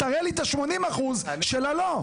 תראה לי את ה-80% של הלא.